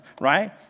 right